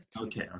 okay